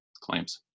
claims